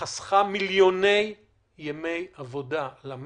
חסכה מיליוני ימי עבודה למשק,